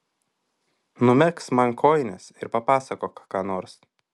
numegzk man kojines ir papasakok ką nors